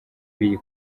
b’iyi